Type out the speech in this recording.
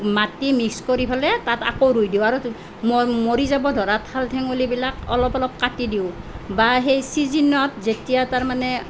মাটি মিক্স কৰি পেলাই তাত আকৌ ৰুই দিওঁ আৰু ম মৰি যাব ধৰা ঠাল ঠেঙুলিবিলাক অলপ অলপ কাটি দিওঁ বা সেই ছিজনত যেতিয়া তাৰমানে